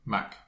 Mac